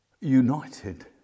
united